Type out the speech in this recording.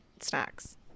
snacks